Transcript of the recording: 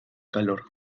calor